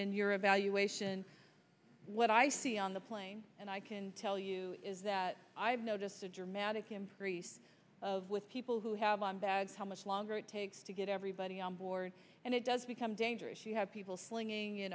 and your evaluation what i see on the plane and i can tell you is that i've noticed a dramatic increase of with people who have on bags how much longer it takes to get everybody on board and it does become dangerous you have people